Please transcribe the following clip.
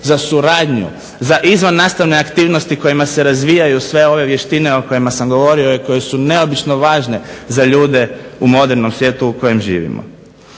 za suradnju, za izvannastavne aktivnosti kojima se razvijaju sve ove vještine o kojima sam govorio i koje su neobično važne za ljude u modernom svijetu u kojem živimo.